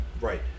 Right